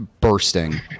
bursting